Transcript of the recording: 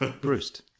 Bruce